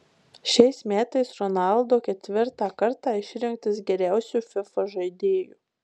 šiais metais ronaldo ketvirtą kartą išrinktas geriausiu fifa žaidėju